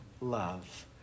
love